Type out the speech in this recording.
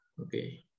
Okay